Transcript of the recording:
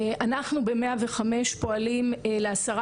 קודם כל מבחינת הנפגע או הנפגעת,